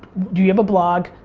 do you have a blog?